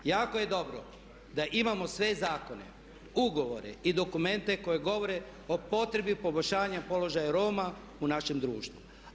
Jako je dobro da imamo sve zakone, ugovore i dokumente koji govore o potrebi poboljšanja položaja Roma u našem društvu.